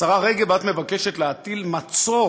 השרה רגב, את מבקשת להטיל מצור